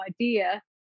idea